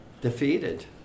defeated